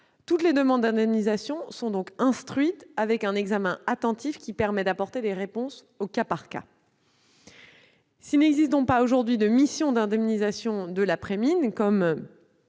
Toutes les demandes d'indemnisation sont donc instruites avec un examen attentif permettant d'apporter des réponses au cas par cas. S'il n'existe pas, aujourd'hui, de mission d'indemnisation de l'après-mine, le